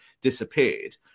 disappeared